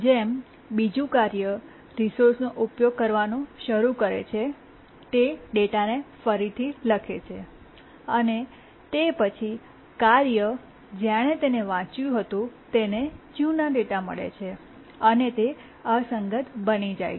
જેમ બીજું કાર્ય રિસોર્સનો ઉપયોગ કરવાનું શરૂ કરે છે તે ડેટાને ફરીથી લખે છે અને તે પછી કાર્ય જેણે તેને વાંચ્યું હતું તેને જુના ડેટા મળે છે અને તે અસંગત બની જાય છે